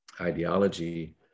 ideology